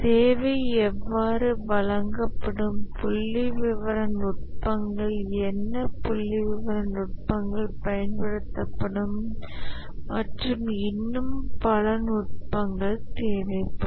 சேவை சேவை எவ்வாறு வழங்கப்படும் புள்ளிவிவர நுட்பங்கள் என்ன புள்ளிவிவர நுட்பங்கள் பயன்படுத்தப்படும் மற்றும் இன்னும் பல நுட்பங்கள் தேவைப்படும்